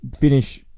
finish